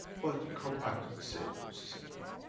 but, you come back to the same process again.